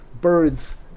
birds